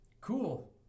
cool